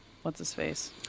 What's-his-face